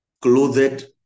Clothed